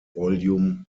vol